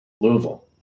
Louisville